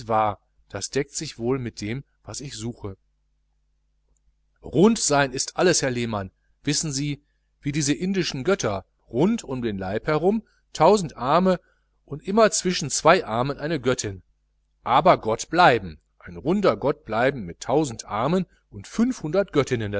das deckt sich wohl mit dem was ich suche rund sein ist alles herr lehmann wissen sie wie diese indischen götter rund um den leib herum tausend arme und immer zwischen zwei armen eine göttin aber gott bleiben ein runder gott bleiben mit tausend armen und fünfhundert göttinnen